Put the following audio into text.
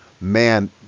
man